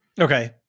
Okay